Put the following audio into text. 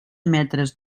metres